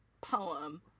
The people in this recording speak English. poem